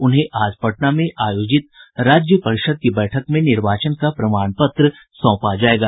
उन्हें आज पटना में आयोजित राज्य परिषद की बैठक में निर्वाचन का प्रमाण पत्र सौंपा जायेगा